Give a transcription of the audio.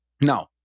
Now